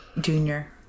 Junior